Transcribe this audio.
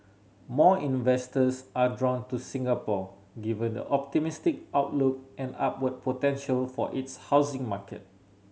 more investors are drawn to Singapore given the optimistic outlook and upward potential for its housing market